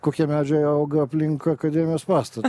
kokie medžiai auga aplink akademijos pastatą